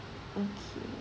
okay